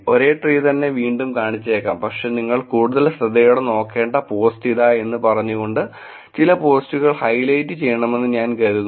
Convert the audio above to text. ഒരേ ട്രീ തന്നെ വീണ്ടും കാണിച്ചേക്കാം പക്ഷേ നിങ്ങൾ കൂടുതൽ ശ്രദ്ധയോടെ നോക്കേണ്ട പോസ്റ്റ് ഇതാ എന്ന് പറഞ്ഞുകൊണ്ട് ചില പോസ്റ്റുകൾ ഹൈലൈറ്റ് ചെയ്യണമെന്ന് ഞാൻ കരുതുന്നു